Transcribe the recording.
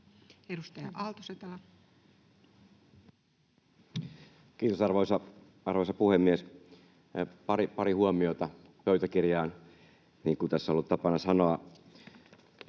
20:17 Content: Kiitos, arvoisa puhemies! Pari huomiota pöytäkirjaan, niin kuin tässä on ollut tapana sanoa.